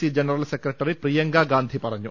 C general secretary Priyanka Gandhi പറഞ്ഞു